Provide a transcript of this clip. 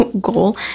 goal